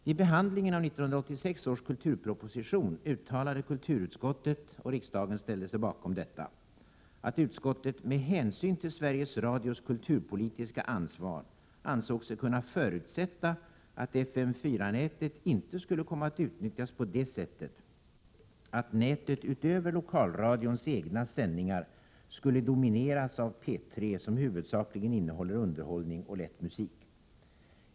Vid behandlingen av 1986 års kulturproposition uttalade kulturutskottet — och riksdagen ställde sig bakom detta — att utskottet med hänsyn till Sveriges Radios kulturpolitiska ansvar ansåg sig kunna förutsätta att FM 4-nätet inte skulle komma att utnyttjas på det sättet att nätet utöver lokalradions egna sändningar skulle domineras av P3, som huvudsakligen innehåller underhållning och lätt musik.